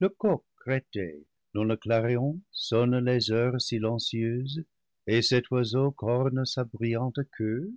le coq crêté dont le clairon sonne les heu res silencieuses et cet oiseau qu'orne sa brillante queue